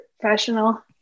professional